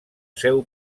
seu